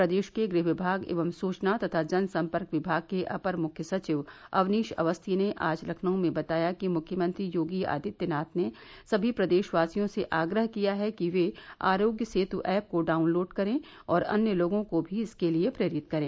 प्रदेश के गृह विभाग एवं सूचना तथा जनसंपर्क विभाग के अपर मुख्य सचिव अवनीश अवस्थी ने आज लखनऊ में बताया कि मुख्यमंत्री योगी आदित्यनाथ ने सभी प्रदेशवासियों से आग्रह किया है कि वे आरोग्य सेतु ऐप को डाउनलोड करें और अन्य लोगों को भी इसके लिए प्रेरित करें